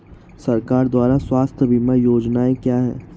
सरकार द्वारा स्वास्थ्य बीमा योजनाएं क्या हैं?